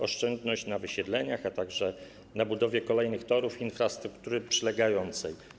Oszczędność na wysiedleniach, a także na budowie kolejnych torów infrastruktury przylegającej.